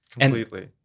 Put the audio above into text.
Completely